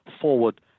forward